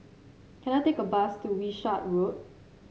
can I take a bus to Wishart Road